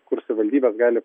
kur savivaldybės gali